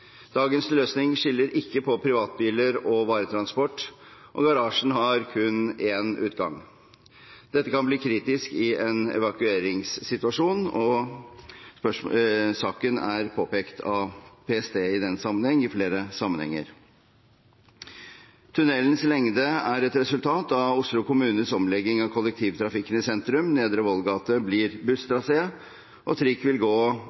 Dagens løsning skiller ikke på privatbiler og varetransport, og garasjen har kun én utgang. Dette kan bli kritisk i en evakueringssituasjon, og saken er påpekt av PST i flere sammenhenger. Tunnelens lengde er et resultat av Oslo kommunes omlegging av kollektivtrafikken i sentrum. Nedre Vollgate blir busstrasé, og trikk vil gå